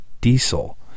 Diesel